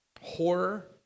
horror